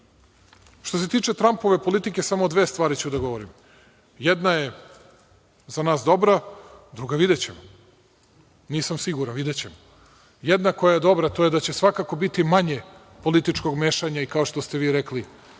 se tiče Trampove politike, samo dve stvari ću da govorim. Jedna je za nas dobra, druga – videćemo. Nisam siguran, videćemo. Jedna koja je dobra to je da će svakako biti manje političkog mešanja, kao što ste vi rekli,